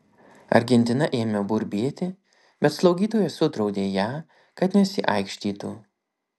argentina ėmė burbėti bet slaugytoja sudraudė ją kad nesiaikštytų